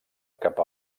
cap